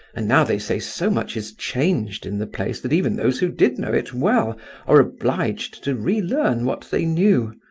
and now they say so much is changed in the place that even those who did know it well are obliged to relearn what they knew.